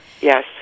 Yes